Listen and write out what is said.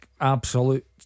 absolute